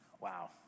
Wow